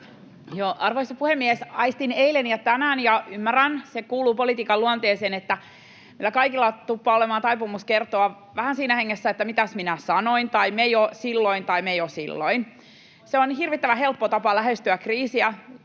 Arvoisa puhemies! Aistin eilen ja tänään — ja ymmärrän, se kuuluu politiikan luonteeseen — että meillä kaikilla tuppaa olemaan taipumus kertoa vähän siinä hengessä, että ”mitäs minä sanoin” tai ”me jo silloin ja me jo silloin”. Se on hirvittävän helppo tapa lähestyä kriisiä,